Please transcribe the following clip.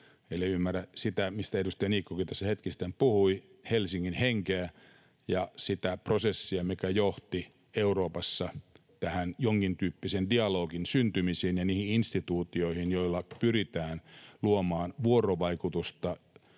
ellei ymmärrä sitä, mistä edustaja Niikkokin tässä hetki sitten puhui, Helsingin henkeä ja sitä prosessia, mikä johti Euroopassa tähän jonkintyyppisen dialogin syntymiseen ja niihin instituutioihin, joilla pyritään luomaan vuorovaikutusta